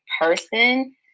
person